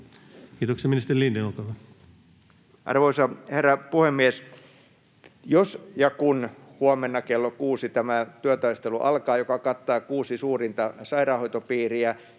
kd) Time: 16:55 Content: Arvoisa herra puhemies! Jos ja kun huomenna kello kuusi tämä työtaistelu alkaa, joka kattaa kuusi suurinta sairaanhoitopiiriä,